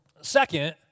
Second